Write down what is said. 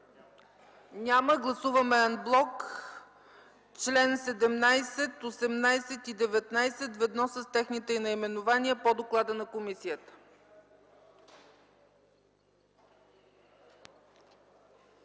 Няма. Гласуваме ан блок членове 17, 18 и 19, ведно с техните наименования по доклада на комисията.